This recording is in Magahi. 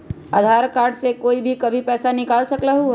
आधार कार्ड से कहीं भी कभी पईसा निकाल सकलहु ह?